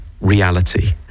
reality